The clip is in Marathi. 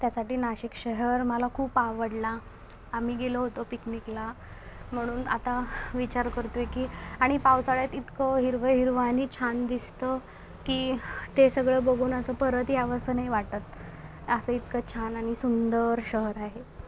त्यासाठी नाशिक शहर मला खूप आवडला आम्ही गेलो होतो पिकनिकला म्हणून आता विचार करतोय की आणि पावसाळ्यात इतकं हिरवं हिरवं आणि छान दिसतं की ते सगळं बघून असं परत यावंसं नाही वाटत असं इतकं छान आणि सुंदर शहर आहे